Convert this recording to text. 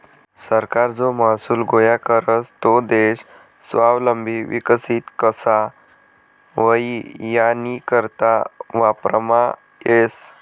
सरकार जो महसूल गोया करस तो देश स्वावलंबी विकसित कशा व्हई यानीकरता वापरमा येस